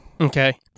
Okay